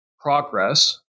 progress